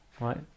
right